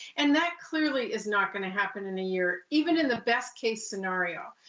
and that clearly is not going to happen in a year, even in the best-case scenario.